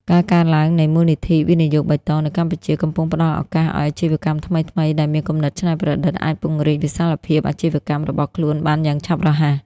ការកើនឡើងនៃមូលនិធិវិនិយោគបៃតង នៅកម្ពុជា កំពុងផ្ដល់ឱកាសឱ្យអាជីវកម្មថ្មីៗ ដែលមានគំនិតច្នៃប្រឌិតអាចពង្រីកវិសាលភាពអាជីវកម្មរបស់ខ្លួនបានយ៉ាងឆាប់រហ័ស។